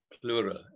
plural